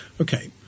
Okay